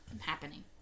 happening